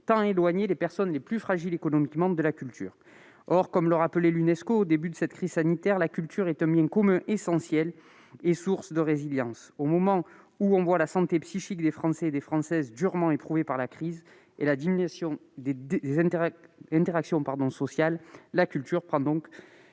à éloigner les personnes les plus fragiles économiquement de la culture. Or, comme le rappelait l'Unesco au début de cette crise sanitaire, la culture est un bien commun essentiel et source de résilience. Au moment où la santé psychique des Françaises et des Français est durement éprouvée par la crise et la diminution des interactions sociales, la culture prend une